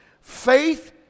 Faith